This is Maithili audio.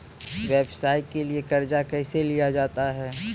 व्यवसाय के लिए कर्जा कैसे लिया जाता हैं?